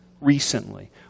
recently